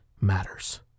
matters